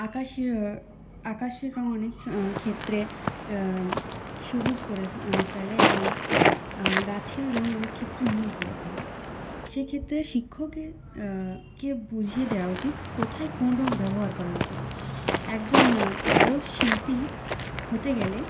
আকাশের আকাশের রঙ অনেক ক্ষেত্রে সবুজ করে ফেলে এবং গাছের রং অনেক ক্ষেত্রে নীল করে ফেলে সেক্ষেত্রে শিক্ষকের কে বুঝিয়ে দেওয়া উচিৎ কোথায় কোন রং ব্যবহার করা উচিৎ একজন ভালো শিল্পী হতে গেলে